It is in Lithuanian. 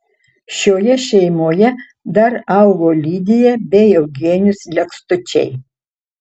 šioje šeimoje dar augo lidija bei eugenijus lekstučiai